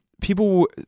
people